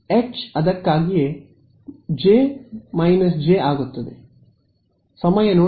H ಅದಕ್ಕಾಗಿಯೇ → J J ಆಗುತ್ತದೆ